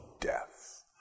death